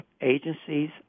agencies